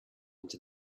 into